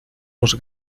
los